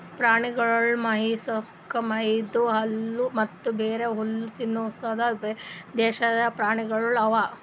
ಪ್ರಾಣಿಗೊಳಿಗ್ ಮೇಯಿಸ್ಲುಕ್ ವೈದು ಹುಲ್ಲ ಮತ್ತ ಬ್ಯಾರೆ ಹುಲ್ಲ ತಿನುಸದ್ ದೇಶೀಯ ಪ್ರಾಣಿಗೊಳ್ ಅವಾ